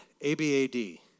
A-B-A-D